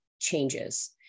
changes